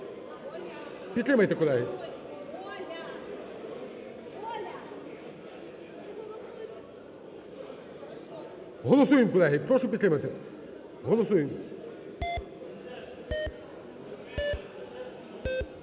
Підтримайте, колеги. Голосуємо, колеги, прошу підтримати, голосуємо.